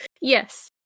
Yes